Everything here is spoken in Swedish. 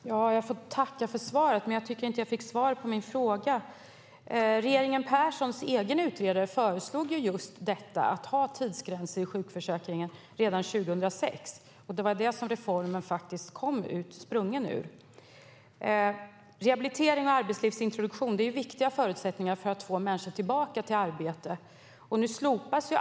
Herr talman! Jag får tacka för svaret, men jag tycker inte att jag fick svar på min fråga. Regeringen Perssons egen utredare föreslog redan 2006 att man ska ha just tidsgränser i sjukförsäkringen. Reformen är sprungen ur det. Rehabilitering och arbetslivsintroduktion är viktiga förutsättningar för att få tillbaka människor i arbete.